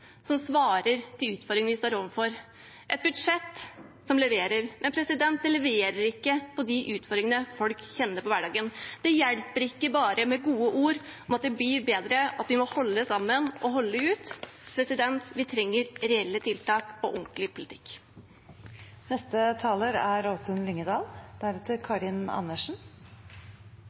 som svarer på utfordringene vi står overfor, et budsjett som leverer. Men det leverer ikke på de utfordringene folk kjenner på i hverdagen. Det hjelper ikke bare med gode ord om at det blir bedre, og at vi må holde sammen og holde ut. Vi trenger reelle tiltak og ordentlig politikk. Det er